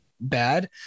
bad